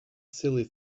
silly